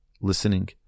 listening